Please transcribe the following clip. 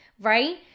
right